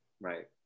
Right